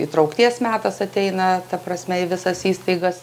įtraukties metas ateina ta prasme į visas įstaigas